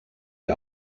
die